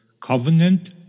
covenant